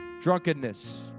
drunkenness